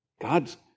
God's